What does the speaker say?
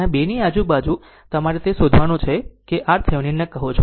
તેથી આ 2 ની આજુબાજુ તમારે તે શોધવાનું રહેશે કે તમે તેને RThevenin કહો છો